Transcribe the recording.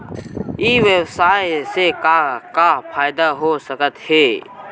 ई व्यवसाय से का का फ़ायदा हो सकत हे?